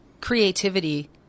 creativity